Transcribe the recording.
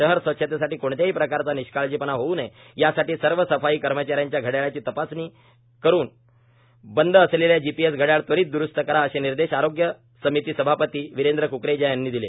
शहर स्वच्छतेमध्ये कोणत्याही प्रकारचा निष्काळजीपणा होऊ नये यासाठी सर्व सफाई कर्मचा यांच्या घड्याळांची तपासणी करून बंद असलेल्या जीपीएस घड्याळ त्वरीत द्रूस्त करा असे निर्देश आरोग्य समिती सभापती वीरेंद्र कुकरेजा यांनी दिले